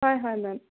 হয় হয় মেম